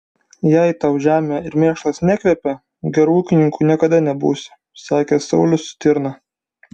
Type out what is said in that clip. jei tau žemė ir mėšlas nekvepia geru ūkininku niekada nebūsi sakė saulius stirna